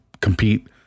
compete